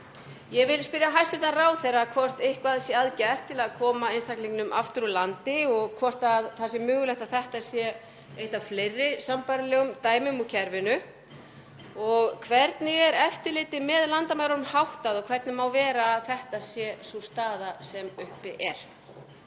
Ég vil spyrja hæstv. ráðherra hvort eitthvað sé að gert til að koma einstaklingnum aftur úr landi og hvort það sé mögulegt að þetta sé eitt af fleiri sambærilegum dæmum úr kerfinu. Hvernig er eftirliti með landamærunum háttað og hvernig má vera að þetta sé sú staða sem uppi er?